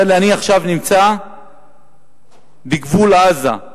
אומר לי: אני עכשיו נמצא בגבול עזה,